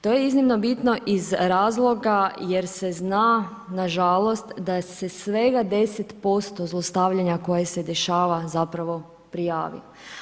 To je iznimno bitno iz razloga jer se zna, nažalost, da se svega 10% zlostavljanja koje se dešava zapravo prijavi.